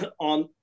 on